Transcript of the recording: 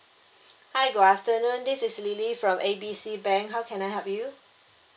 hi good afternoon this is lily from A B C bank how can I help you